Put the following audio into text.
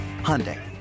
Hyundai